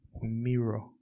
mirror